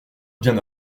bien